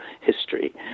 history